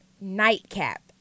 nightcap